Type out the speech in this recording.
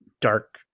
dark